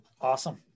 awesome